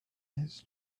his